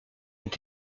est